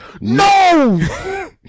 No